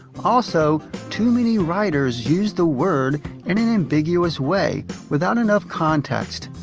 also, too many writers used the word in an ambiguous way, without enough context.